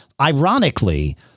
Ironically